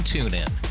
TuneIn